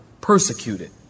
persecuted